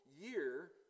year